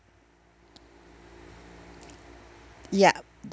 yup